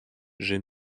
j’ai